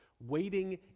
Waiting